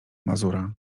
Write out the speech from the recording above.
mazura